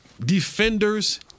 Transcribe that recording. defenders